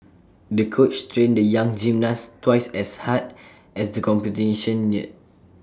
the coach trained the young gymnast twice as hard as the competition neared